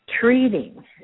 treating